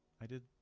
i did